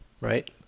right